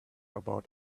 about